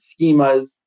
schemas